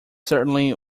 certainly